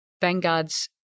Vanguard's